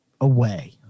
away